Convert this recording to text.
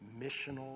missional